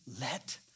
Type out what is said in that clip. let